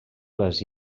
les